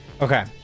Okay